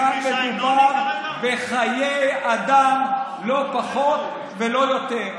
כאן מדובר בחיי אדם, לא פחות ולא יותר.